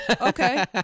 Okay